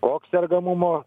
koks sergamumo